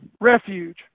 refuge